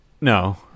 No